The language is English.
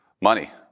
Money